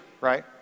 right